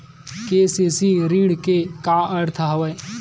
KCC ऋण के का अर्थ हवय?